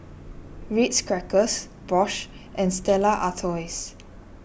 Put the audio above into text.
Ritz Crackers Bosch and Stella Artois